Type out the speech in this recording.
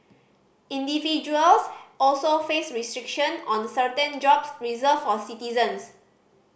individuals also face restriction on certain jobs reserved for citizens